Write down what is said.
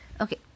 Okay